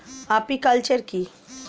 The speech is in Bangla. আপিকালচার কি?